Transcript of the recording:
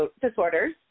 disorders